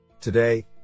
Today